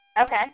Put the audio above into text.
Okay